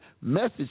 Message